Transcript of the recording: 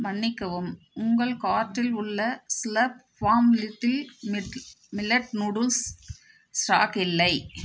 மன்னிக்கவும் உங்கள் கார்ட்டில் உள்ள Slurp Farm little millet noodles stock இல்லை